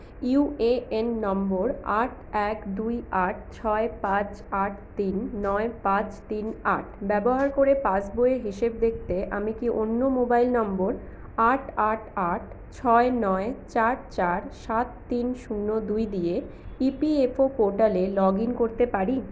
UAN নম্বর আট এক দুই আট ছয় পাঁচ আট তিন নয় পাঁচ তিন আট ব্যবহার করে পাস বইয়ের হিসেব দেখতে আমি কি অন্য মোবাইল নম্বর আট আট আট ছয় নয় চার চার সাত তিন শূন্য দুই দিয়ে ইপিএফও পোর্টালে লগ ইন করতে পারি